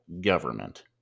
government